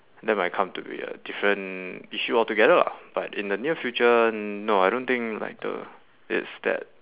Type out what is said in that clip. that might come to be a different issue all together lah but in the near future no I don't think like the it's that